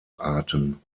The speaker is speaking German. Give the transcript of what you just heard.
arten